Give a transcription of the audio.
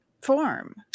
Form